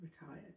retired